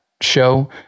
show